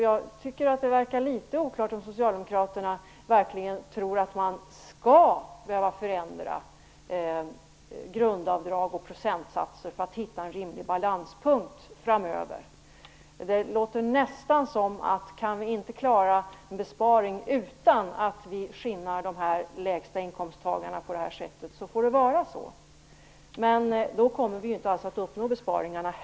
Jag tycker att det verkar något oklart om Socialdemokraterna verkligen tror att man skall behöva förändra grundavdrag och procentsatser för att hitta en rimlig balanspunkt framöver. Det verkar nästan vara så att om vi inte kan klara en besparing utan att skinna de lägsta inkomsttagarna på det här sättet, får det vara så. Men då kommer vi inte heller att uppnå några besparingar.